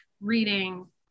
reading